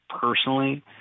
personally